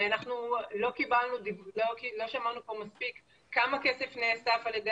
לא שמענו פה מספיק כמה כסף נאסף על ידי